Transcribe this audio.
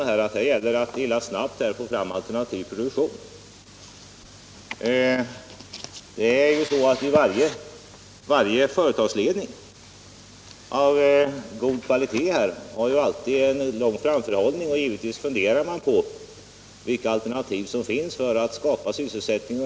Enligt honom gäller det att illa kvickt få fram en alternativ produktion. Varje företagsledning av god kvalitet har alltid en planering som täcker lång tid framöver, och givetvis funderar man på vilka alternativ som finns för att skapa sysselsättning.